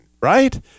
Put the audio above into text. right